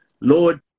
Lord